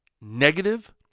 negative